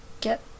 get